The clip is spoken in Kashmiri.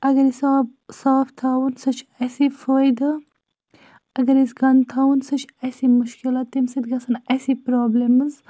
اَگر أسۍ آب صاف تھاوُن سُہ چھُ اَسہِ فٲیدٕ اگر أسۍ گنٛدٕ تھاوُن سُہ چھِ اَسی مُشکِلات تمہِ سۭتۍ گَژھن اَسے پرابلِمٕز